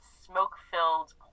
smoke-filled